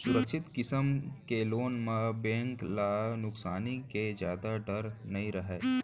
सुरक्छित किसम के लोन म बेंक ल नुकसानी के जादा डर नइ रहय